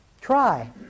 Try